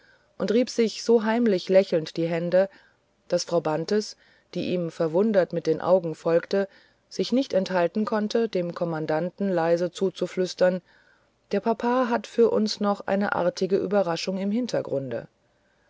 und rieb sich so heimlich lächelnd die hände daß frau bantes die ihm verwundert mit den augen folgte sich nicht enthalten konnte dem kommandanten leise zuzuflüstern der papa hat für uns noch eine artige überraschung im hintergrunde